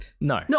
No